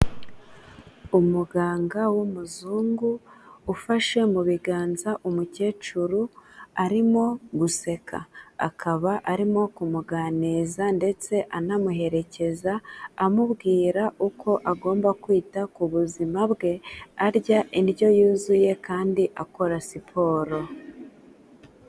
Umuganga w'umuzungu, ufashe mu biganza umukecuru, arimo guseka. Akaba arimo kumuganiriza ndetse anamuherekeza, amubwira uko agomba kwita ku buzima bwe, arya indyo yuzuye kandi akora siporo.